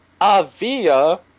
Avia